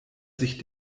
sich